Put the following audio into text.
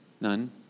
None